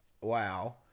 wow